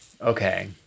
Okay